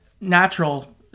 natural